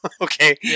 okay